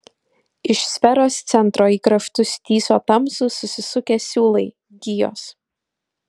iš sferos centro į kraštus tįso tamsūs susisukę siūlai gijos